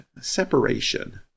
separation